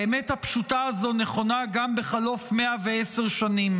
האמת הפשוטה הזאת נכונה גם בחלוף 110 שנים,